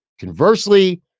Conversely